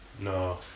No